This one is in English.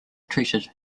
treated